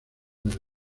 del